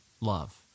love